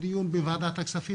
חברי הכנסת המכובדים,